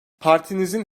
partinizin